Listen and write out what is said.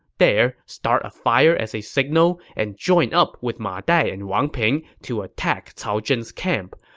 there, start a fire as a signal and join up with ma dai and wang ping to attack cao zhen's camp.